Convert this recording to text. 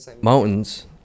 Mountains